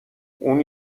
اون